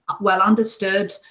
well-understood